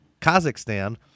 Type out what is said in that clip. Kazakhstan